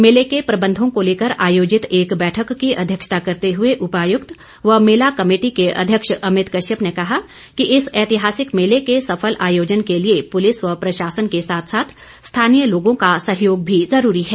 मेले के प्रबंधों को लेकर आयोजित एक बैठक की अध्यक्षता करते हुए उपायुक्त व मेला कमेटी के अध्यक्ष अमित कश्यप ने कहा कि इस ऐतिहासिक मेले के सफल आयोजन के लिए पुलिस व प्रशासन के साथ साथ स्थानीय लोगों का सहयोग भी जरूरी है